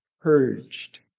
Purged